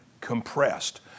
compressed